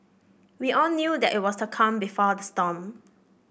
we all knew that it was the calm before the storm